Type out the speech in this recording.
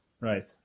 right